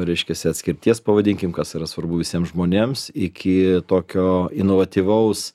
reiškiasi atskirties pavadinkim kas yra svarbu visiem žmonėms iki tokio inovatyvaus